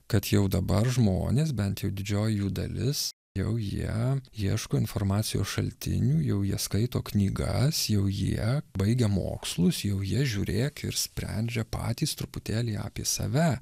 kad jau dabar žmonės bent jau didžioji jų dalis jau jie ieško informacijos šaltinių jau jie skaito knygas jau jie baigę mokslus jau jie žiūrėk ir sprendžia patys truputėlį apie save